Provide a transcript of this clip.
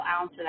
ounce